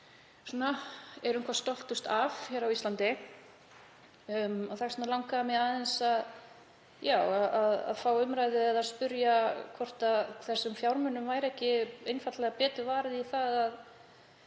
við erum hvað stoltust af á Íslandi. Þess vegna langaði mig aðeins að fá umræðu eða spyrja hvort þessum fjármunum væri ekki einfaldlega betur varið í að